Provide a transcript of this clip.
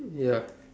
ya